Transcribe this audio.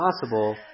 possible